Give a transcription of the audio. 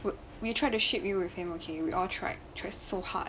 would we try to ship you with him okay we all tried tried so hard